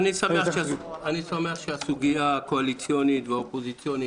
אני שמח שהסוגיה הקואליציונית והאופוזיציונית